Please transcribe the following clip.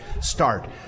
start